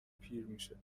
پیرمیشه